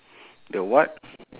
the what